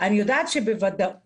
אני יודעת שבוודאות